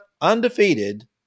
undefeated